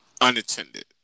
unattended